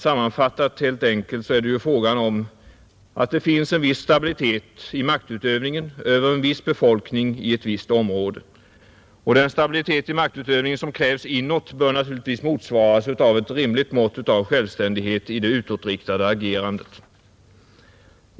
Sammanfattat är det helt enkelt fråga om att det finns en viss stabilitet i maktutövningen över en viss befolkning i ett visst område. Den stabilitet i maktutövningen som krävs inåt bör naturligtvis motsvaras av ett rimligt mått av självständighet i det utåtriktade agerandet.